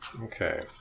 Okay